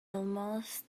almost